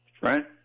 Right